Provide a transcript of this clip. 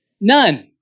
None